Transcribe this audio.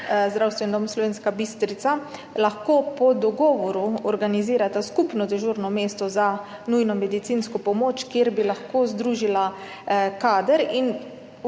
Zdravstveni dom Slovenska Bistrica lahko po dogovoru organizirata skupno dežurno mesto za nujno medicinsko pomoč, kjer bi lahko združila kader.